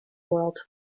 world